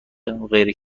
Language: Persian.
غیر